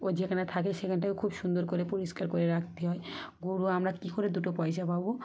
ও যেখানে থাকে সেখানটাও খুব সুন্দর করে পরিষ্কার করে রাখতে হয় গরু আমরা কী করে দুটো পয়সা পাবো